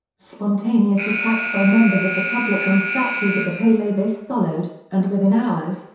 spontaneous attacks by members of the public on statues of the pahlavis followed, and within hours,